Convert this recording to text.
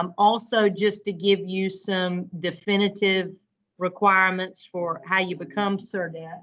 um also, just to give you some definitive requirements for how you become sort of yeah